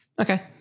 Okay